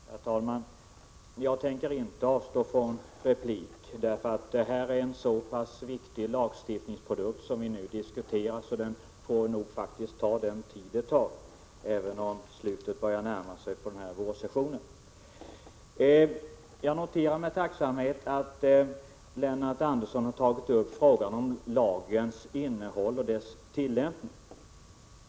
Herr talman! Jag tänker inte avstå från replik, eftersom det är en så pass viktig lagstiftningsprodukt vi nu diskuterar. Denna debatt får nog faktiskt ta den tid den tar, även om slutet på den här vårsessionen börjar närma sig. Jag noterar med tacksamhet att Lennart Andersson har tagit upp frågan om lagens innehåll och dess tillämpning.